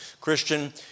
Christian